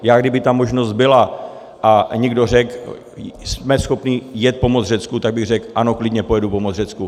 Já, kdyby ta možnost byla a někdo řekl, jestli jsme schopni jet pomoci Řecku, tak bych řekl ano, klidně pojedu pomoct Řecku.